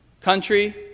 country